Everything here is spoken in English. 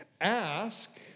Ask